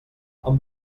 amb